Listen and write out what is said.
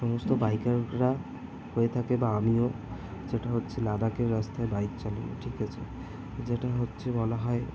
সমস্ত বাইকাররা হয়ে থাকে বা আমিও যেটা হচ্ছে লাদাখের রাস্তায় বাইক চালিয়ে ঠিক আছে যেটা হচ্ছে বলা হয়